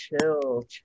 chill